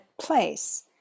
place